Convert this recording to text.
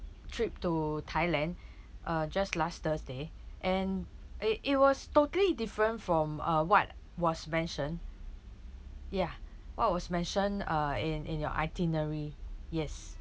trip to thailand uh just last thursday and it it was totally different from uh what was mentioned ya what was mentioned uh in in your itinerary yes